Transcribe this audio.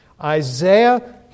Isaiah